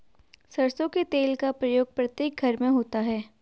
सरसों के तेल का प्रयोग प्रत्येक घर में होता है